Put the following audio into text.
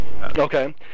Okay